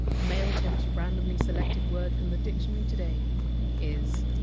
mailchimp! s randomly selected word from the dictionary today is!